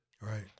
Right